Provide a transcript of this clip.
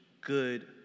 good